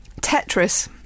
Tetris